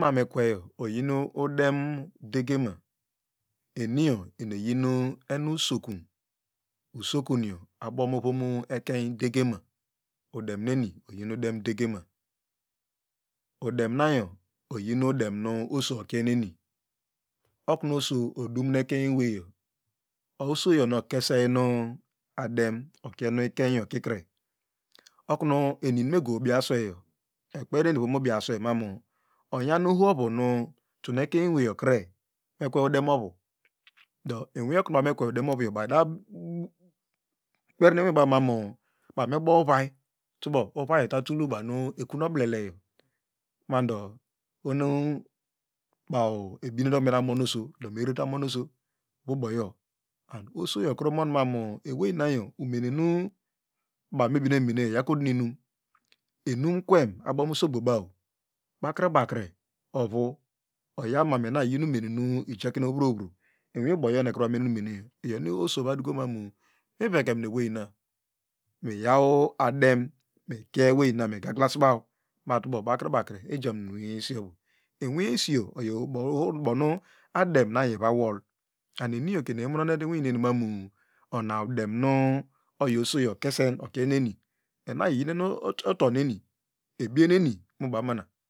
Mame kweyo oyinu udem degema eniyo eni eyin enu usikum usokunu abo muekay degema udem neni oyin udem degema udem nayo oyinu udem nu oso okieneni okunu oso odimon ekeny eweyo osoyo nu okesay na dem okien ikeiny kikre okunu eninuego ubi asweyo ekperneni miwi ubi aswey manu onyam ohovu nu runu ekeny eweyo kre mekwe udem ovi do inwi okunu ba wqe udem nu baw eda kper inwi baw manu otatul ekun oblele yo mando ohonu ohonu baw ebienete okunmete mon oso do merere ta mon oso buboyo ard osoyo okunu mon mamu ewey nanyo umene nu baw me bine emeneyo eyakotinum enumkwem abom usogbo baw bakre bakre ovu oyam ina iyin inunu ijaken oweyo inwiboyo ekru envamene nu men who iyonu oso ovu dukomanu miv ekien awey wa migaglasbaw bakrebaw egaglsbaw ma tubo bakre bakre ejamun inwo esiova inwi esio oyo ubonu atem nayi ivawol and iniyo ona udem oyi oso kesen okieneni eeyinureni ebieneni mubana